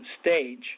stage